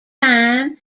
time